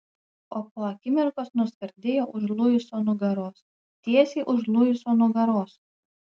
o po akimirkos nuskardėjo už luiso nugaros tiesiai už luiso nugaros